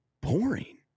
boring